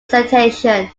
citation